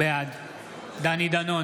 בעד דני דנון,